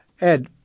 Ed